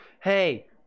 Hey